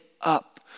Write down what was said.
up